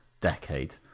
decade